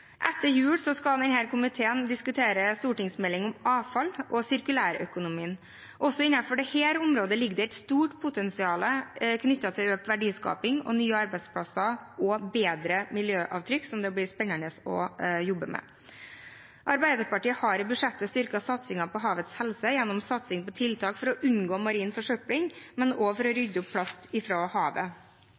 Etter jul skal denne komiteen diskutere en stortingsmelding om avfall og sirkulærøkonomien. Også innenfor dette området ligger det et stort potensial knyttet til økt verdiskaping, nye arbeidsplasser og bedre miljøavtrykk, som det blir spennende å jobbe med. Arbeiderpartiet har i budsjettet sitt styrket satsingen på havets helse gjennom satsing på tiltak for å unngå marin forsøpling, men også for å rydde opp plast fra havet.